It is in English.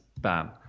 bam